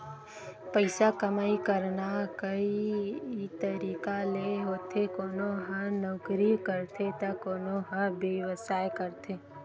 पइसा कमई करना कइ तरिका ले होथे कोनो ह नउकरी करथे त कोनो ह बेवसाय करथे